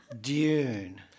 Dune